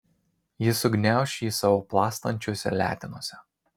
ji sugniauš jį savo plastančiose letenose